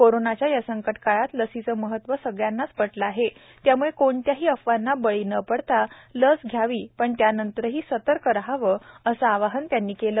कोरोनाच्या या संकटकाळात लसीचं महत्व सगळ्यांनाच पटलं आहे त्याम्ळे कोणत्याही अफवांना बळी न पडता लस घ्यावी पण त्यानंतरही सतर्क रहावं असं आवाहनही त्यांनी केलं